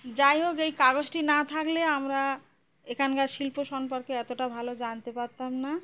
যাই হোক এই কাগজটি না থাকলে আমরা এখানকার শিল্প সম্পর্কে এতটা ভালো জানতে পারতাম না